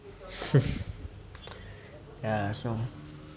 ya I also